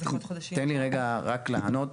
תן לי רגע רק לענות.